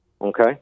Okay